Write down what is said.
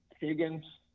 Higgins